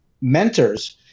mentors